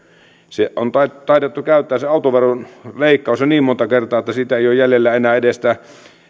on taidettu käyttää se autoveron leikkaus jo niin monta kertaa että siitä ei ole jäljellä enää edes sitä